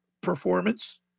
performance